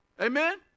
Amen